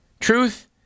Truth